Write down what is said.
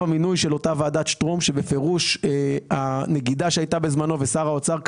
המינוי של ועדת שטרום כאשר נגידת הבנק לשעבר ושר האוצר כתבו,